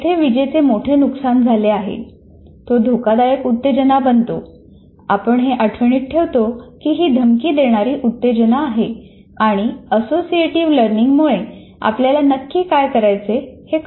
sensitisation आपल्याला नक्की काय करायचे आहे हे कळते